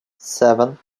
seven